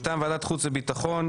מטעם ועדת חוץ וביטחון,